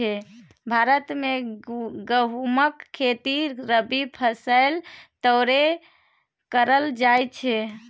भारत मे गहुमक खेती रबी फसैल तौरे करल जाइ छइ